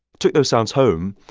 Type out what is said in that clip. took those sounds home,